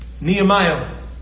Nehemiah